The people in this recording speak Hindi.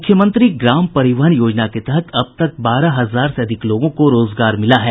मुख्यमंत्री ग्राम परिवहन योजना के तहत अब तक बारह हजार से अधिक लोगों को रोजगार मिला है